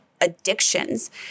addictions